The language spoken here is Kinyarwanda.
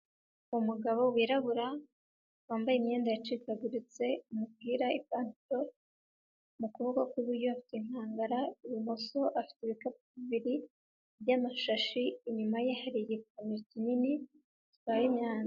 Umugabo wirabura wambaye imyenda yacikaguritse umupira, ipantaro, mu kuboko kw'iburyo afite inkagara, ibumoso afite ibikapu bibiri by'amashashi, inyuma ye hari igikamyo kinini gitwaye imyanda.